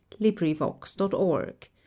LibriVox.org